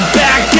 back